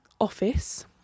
office